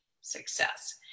success